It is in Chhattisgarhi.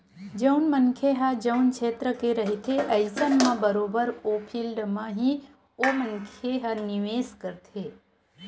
जउन मनखे ह जउन छेत्र के रहिथे अइसन म बरोबर ओ फील्ड म ही ओ मनखे ह निवेस करथे